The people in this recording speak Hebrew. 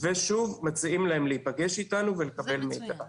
ושוב מציעים להם להיפגש איתנו ולקבל מידע.